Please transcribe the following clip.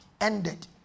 ended